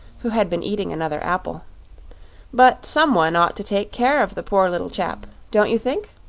who had been eating another apple but someone ought to take care of the poor little chap, don't you think?